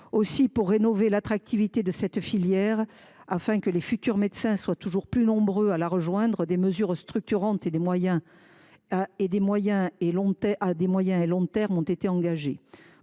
Aussi, pour rénover l’attractivité de cette filière et afin que les futurs médecins soient toujours plus nombreux à la rejoindre, des mesures structurantes à moyen et à long termes ont été engagées